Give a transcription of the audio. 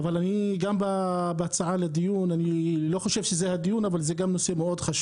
אמנם זה לא הנושא של הדיון אבל יש עוד נושא חשוב,